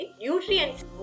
nutrients